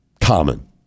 common